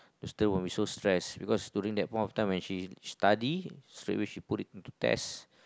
still won't be so stress because during that of point time when she study straight away she put it into test